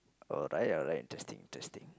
alright alright interesting interesting